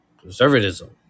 conservatism